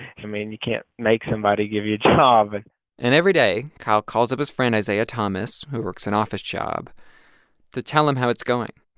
mean, you can't make somebody give you a job and every day kyle calls up his friend, isaiah thomas, who works an office job to tell him how it's going.